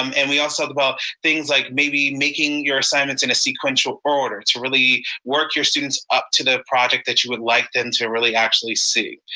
um and we also, well, things like maybe making your assignments in a sequential order to really work your students up to the project that you would like them to really actually see.